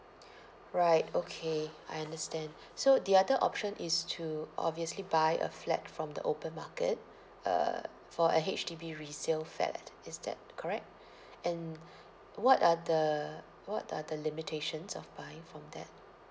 right okay I understand so the other option is to obviously buy a flat from the open market uh for a H_D_B resale flat is that correct and what are the what are the limitations of buying from that